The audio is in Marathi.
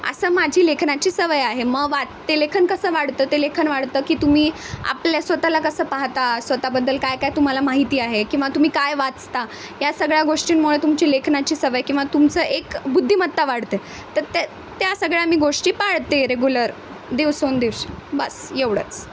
असं माझी लेखनाची सवय आहे मग वा ते लेखन कसं वाढतं ते लेखन वाढतं की तुम्ही आपल्या स्वतःला कसं पाहता स्वतःबद्दल काय काय तुम्हाला माहिती आहे किंवा तुम्ही काय वाचता या सगळ्या गोष्टींमुळें तुमची लेखनाची सवय किंवा तुमचं एक बुद्धिमत्ता वाढते तर ते त्या सगळ्या मी गोष्टी पाळते रेगुलर दिवसून दिवशी बास एवढंच